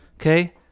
okay